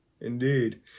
Indeed